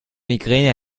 migräne